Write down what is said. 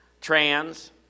trans